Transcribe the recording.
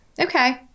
Okay